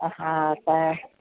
हा त